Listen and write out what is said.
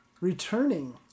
Returning